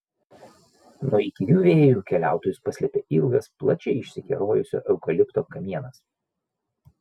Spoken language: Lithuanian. nuo įkyrių vėjų keliautojus paslėpė ilgas plačiai išsikerojusio eukalipto kamienas